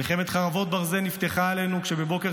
מלחמת חרבות ברזל נפתחה עלינו כשבבוקר